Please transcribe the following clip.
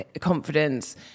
confidence